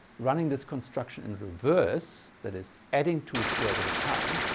running this construction in reverse, that is adding two squares at a time,